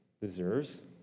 deserves